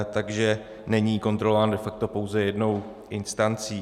Takže není kontrolována de facto pouze jednou instancí.